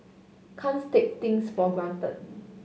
can't take things for granted